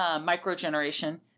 micro-generation